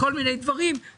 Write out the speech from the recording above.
ספציפית לפרטי המכרז,